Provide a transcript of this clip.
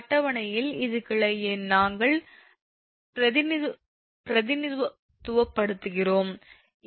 இந்த அட்டவணையில் இது கிளை எண் நாங்கள் பிரதிநிதித்துவப்படுத்துகிறோம்